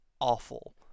awful